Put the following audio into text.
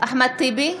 אחמד טיבי,